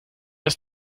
ist